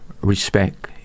respect